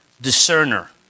discerner